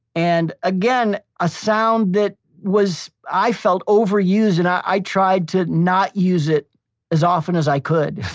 and, again, a sound that was, i felt, overused and i tried to not use it as often as i could.